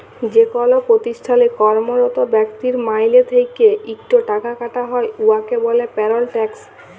যেকল পতিষ্ঠালে কম্মরত ব্যক্তির মাইলে থ্যাইকে ইকট টাকা কাটা হ্যয় উয়াকে ব্যলে পেরল ট্যাক্স